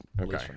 Okay